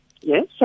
Yes